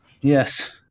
Yes